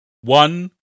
One